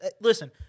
Listen